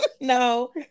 No